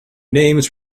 names